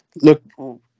Look